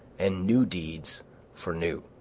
and new deeds for new.